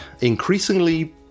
increasingly